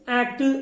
act